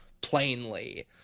plainly